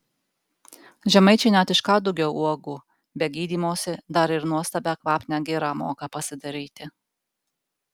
žemaičiai net iš kadugio uogų be gydymosi dar ir nuostabią kvapnią girą moką pasidaryti